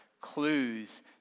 clues